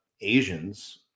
Asians